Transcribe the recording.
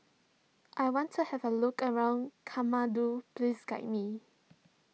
I want to have a look around Kathmandu please guide me